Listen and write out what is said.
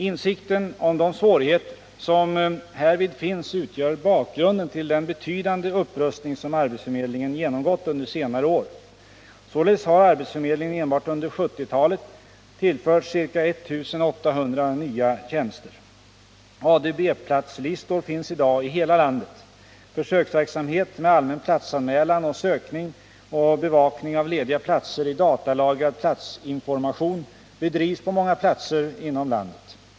Insikten om de svårigheter som härvid finns utgör bakgrunden till den betydande upprustning som arbetsförmedlingen genomgått under senare år. Således har arbetsförmedlingen enbart under 1970-talet tillförts ca 1 800 nya tjänster. ADB-platslistor finns i dag i hela landet. Försöksverksamhet med allmän platsanmälan och sökning och bevakning av lediga platser i datalagrad platsinformation bedrivs på många platser inom landet.